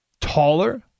taller